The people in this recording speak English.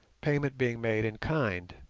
payment being made in kind.